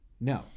No